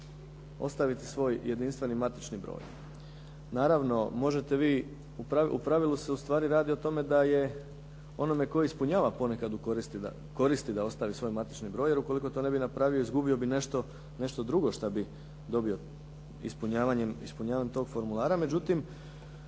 ostaviti svoj jedinstveni matični broj. Naravno, možete vi, u pravilu se ustvari radi o tome da je onome tko ispunjava ponekad u koristi da ostavi svoj matični broj, jer ukoliko to ne bi napravio izgubio bi nešto drugo što bi dobio ispunjavanjem tog formulara.